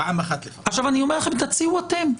תציעו אתם.